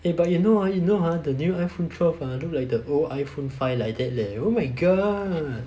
eh but you know ah you know ha the new iphone twelve ah look like the old iPhone five like that leh oh my god